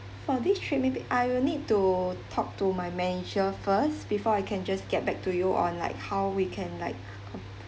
for this trip maybe I will need to talk to my manager first before I can just get back to you on like how we can like